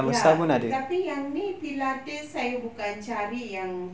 ya yang ini pilates saya bukan cari yang